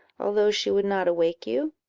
although she would not awake you?